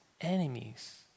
enemies